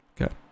okay